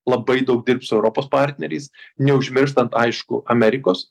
labai daug dirbt su europos partneriais neužmirštant aišku amerikos